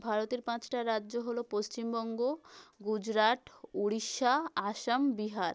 ভারতের পাঁচটা রাজ্য হল পশ্চিমবঙ্গ গুজরাট উড়িষ্যা আসাম বিহার